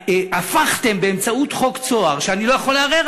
הפכתם באמצעות חוק "צהר" שאני לא יכול לערער